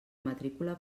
matrícula